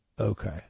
okay